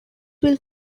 will